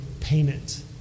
Payment